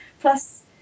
plus